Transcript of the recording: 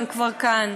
הם כבר כאן,